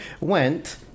went